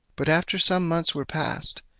but after some months were past,